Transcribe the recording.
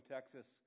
Texas